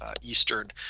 Eastern